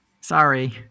Sorry